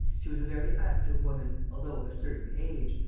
she was a very active woman, although of a certain age,